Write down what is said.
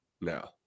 now